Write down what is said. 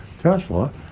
Tesla